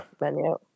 menu